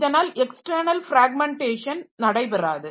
இதனால் external fragmentation நடைபெறாது